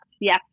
Yes